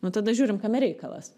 nu tada žiūrim kame reikalas